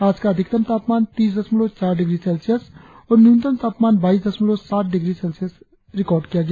आज का अधिकतम तापमान तीस दशमलव चार डिग्री सेल्सियस और न्यूनतम तापमान बाईस दशमलव सात डिग्री सेल्सियस रिकार्ड किया गया